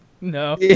no